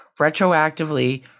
retroactively